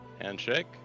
handshake